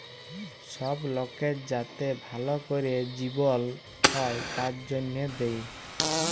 সব লকের যাতে ভাল ক্যরে জিবল হ্যয় তার জনহে দেয়